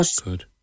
good